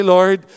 Lord